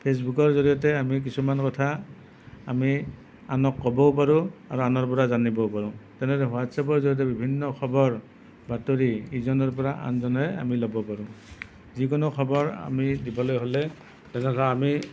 ফেচবুকৰ জৰিয়তে আমি কিছুমান কথা আমি আনক ক'বও পাৰোঁ আৰু আনৰ পৰা জানিবও পাৰোঁ তেনেদৰে হোৱাটচ্এপৰ জৰিয়তে বিভিন্ন খবৰ বাতৰি ইজনৰ পৰা আনজনে আমি ল'ব পাৰোঁ যিকোনো খবৰ আমি দিবলৈ হ'লে যেনেকৈ আমি